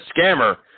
scammer